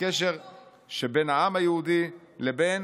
לקשר ההיסטורי שבין העם היהודי לבין